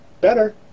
better